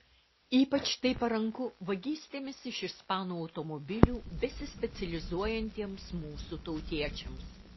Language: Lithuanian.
ypač tai paranku vagystėmis iš ispanų automobilių besispecializuojantiems mūsų tautiečiams